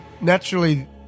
naturally